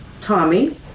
Tommy